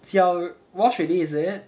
教 wash already is it